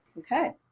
okay.